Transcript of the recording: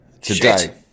Today